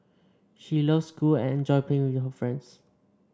she loves school and enjoys playing with her friends